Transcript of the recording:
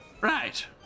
Right